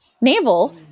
navel